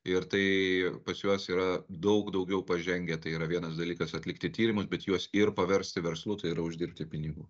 ir tai pas juos yra daug daugiau pažengę tai yra vienas dalykas atlikti tyrimus bet juos ir paversti verslu tai yra uždirbti pinigų